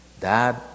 dad